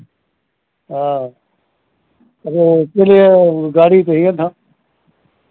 हाँ वो इसीलिए वो गाड़ी चाहिए था